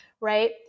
right